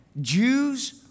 Jews